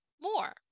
more